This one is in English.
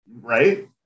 Right